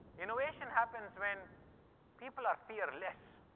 innovation happens when people are fearless.